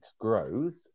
grows